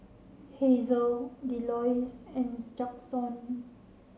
Hazel Delois and Jaxon